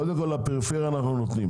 קודם כל לפריפריה נותנים.